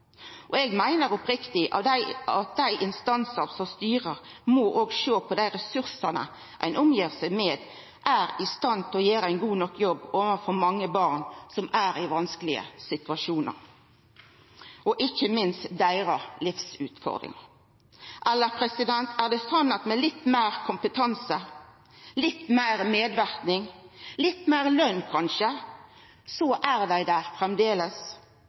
Og eg meiner oppriktig at dei instansane som styrer, òg må sjå på om dei ressursane ein omgir seg med, er i stand til å gjera ein god nok jobb overfor mange barn som er i vanskelege situasjonar, og ikkje minst med deira livsutfordring. Eller er det slik at med litt meir kompetanse, litt meir medverknad, litt meir løn, kanskje, er dei der